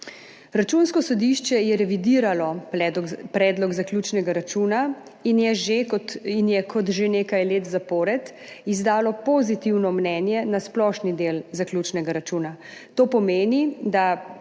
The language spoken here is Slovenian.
Računsko sodišče je revidiralo predlog zaključnega računa in je, kot že nekaj let zapored, izdalo pozitivno mnenje na splošni del zaključnega računa. To pomeni, da